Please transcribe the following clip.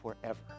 forever